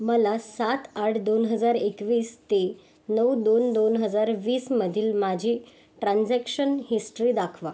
मला सात आठ दोन हजार एकवीस ते नऊ दोन दोन हजार वीसमधील माझी ट्रान्झॅक्शन हिस्टरी दाखवा